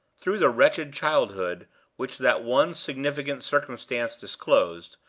through the wretched childhood which that one significant circumstance disclosed,